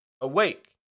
Awake